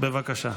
בבקשה.